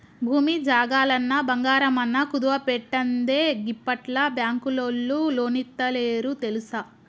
భూమి జాగలన్నా, బంగారమన్నా కుదువబెట్టందే గిప్పట్ల బాంకులోల్లు లోన్లిత్తలేరు తెల్సా